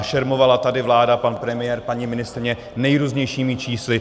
Šermovala tady vláda, pan premiér, paní ministryně, nejrůznějšími čísly.